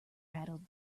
rattled